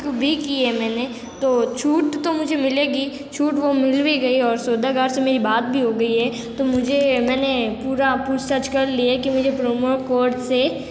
book भी किये मैंने तो छूट तो मुझे मिलेगी छूट वो मिल भी गई और सौदागर से मेरी बात भी हो गई है तो मुझे मैंने पूरा पूछताछ कर लिया कि मुझे प्रोमो कोड से